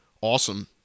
awesome